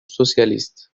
socialiste